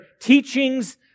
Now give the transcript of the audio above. teachings